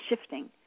shifting